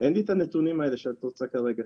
ואין לי את הנתונים האלה שאת רוצה כרגע.